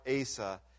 Asa